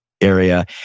area